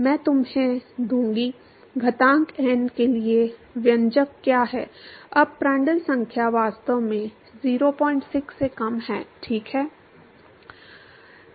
मैं तुम्हे दूंगा घातांक n के लिए व्यंजक क्या है जब प्रांड्टल संख्या वास्तव में 06 से कम है ठीक है